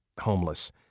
homeless